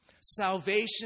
Salvation